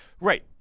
Right